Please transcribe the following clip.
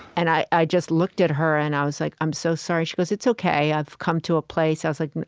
and i i just looked at her, and i was like, i'm so sorry. she goes, it's ok. i've come to a place, i was like,